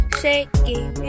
shaking